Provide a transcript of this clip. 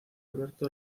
alberto